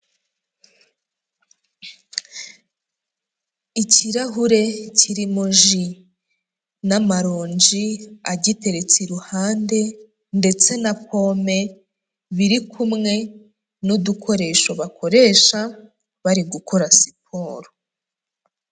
Ikirahure kirimo ji n'amaronji agiteretse iruhande ndetse na pome biri kumwe n'udukoresho bakoresha bari gukora siporo.